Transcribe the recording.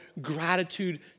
gratitude